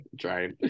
trying